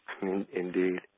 Indeed